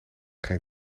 geen